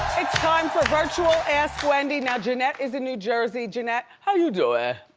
it's time for virtual ask wendy. now janette is in new jersey, janette, how you